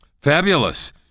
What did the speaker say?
Fabulous